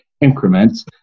increments